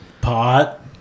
Pot